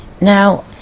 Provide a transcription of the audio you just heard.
now